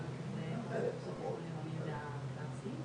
הוא בוודאי יקבע פחות מברירת המחדל.